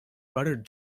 buttered